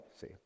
See